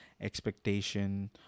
expectation